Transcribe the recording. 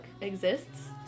exists